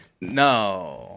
no